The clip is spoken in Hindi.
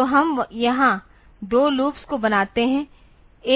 तो हम यहाँ दो लूप्स को बनाते हैं